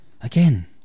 again